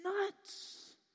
nuts